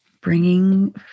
Bringing